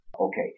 Okay